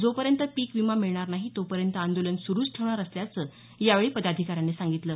जो पर्यंत पिक विमा मिळणार नाही तो पर्यंत आंदोलन सुरुच ठेवणार असल्याचं यावेळी पदाधिकाऱ्यांनी सांगितलं